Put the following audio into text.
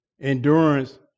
endurance